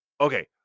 okay